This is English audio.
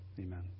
amen